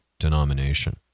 denomination